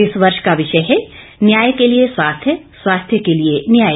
इस वर्ष का विषय है न्याय के लिए स्वास्थ्य स्वास्थ्य के लिए न्याय